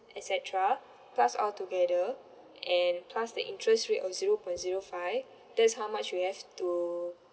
et cetera plus all together and plus the interest rate of zero point zero five that's how much we have to